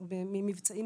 בבקשה,